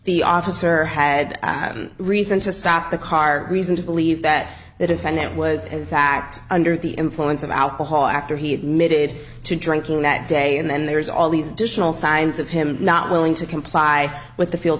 the officer had reason to stop the car reason to believe that the defendant was a fact under the influence of alcohol after he admitted to drinking that day and then there is all these dish will signs of him not willing to comply with the field